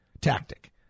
tactic